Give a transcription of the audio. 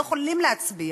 הם לא יכולים להצביע,